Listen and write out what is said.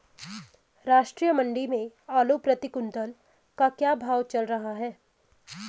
राष्ट्रीय मंडी में आलू प्रति कुन्तल का क्या भाव चल रहा है?